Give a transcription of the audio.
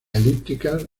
elípticas